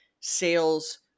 sales